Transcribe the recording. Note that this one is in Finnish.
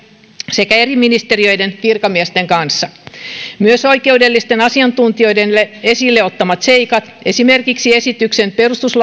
sekä eri ministeriöiden virkamiesten kanssa myös oikeudellisten asiantuntijoiden esille ottamat seikat esimerkiksi esityksen